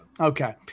okay